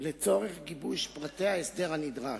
לצורך גיבוש פרטי ההסדר הנדרש,